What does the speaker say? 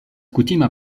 kutima